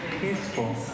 peaceful